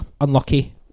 unlucky